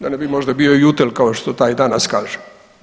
Da ne bi možda bio Yutel kao što taj danas kaže.